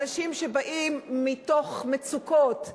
אנשים שבאים מתוך מצוקות,